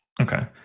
Okay